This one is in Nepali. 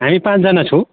हामी पाँचजना छौँ